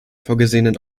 vorgesehenen